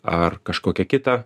ar kažkokią kitą